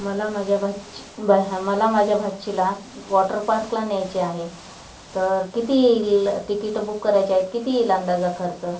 मला माझ्या भाची बा मला माझ्या भाचीला वॉटर पार्कला न्यायचे आहे तर किती तिकीट बुक करायचे आहे किती येईल अंदाजे खर्च